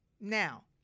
Now